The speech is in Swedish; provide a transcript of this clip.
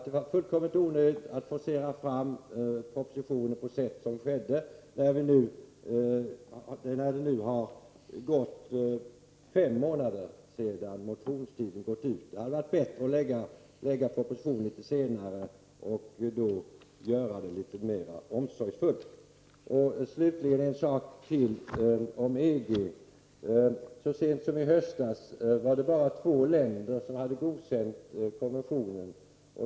Det var fullkomligt onödigt att forcera fram propositionen på det sätt som skedde, när det nu har gått fem månader sedan motionstiden gick ut. Det hade varit bättre att framlägga propositionen senare men göra det mera omsorgsfullt. Slutligen en sak till beträffande EG. Så sent som i höstas var det bara två länder som hade godkänt konventionen.